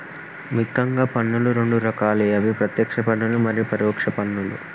ముఖ్యంగా పన్నులు రెండు రకాలే అవి ప్రత్యేక్ష పన్నులు మరియు పరోక్ష పన్నులు